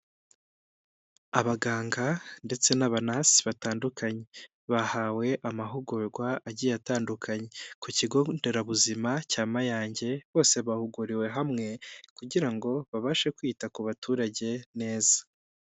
Abaganga ndetse n'abanasi batandukanye. Bahawe amahugurwa agiye atandukanye. Ku kigo nderabuzima cya Mayange, bose bahuguriwe hamwe, kugira ngo babashe kwita ku baturage neza.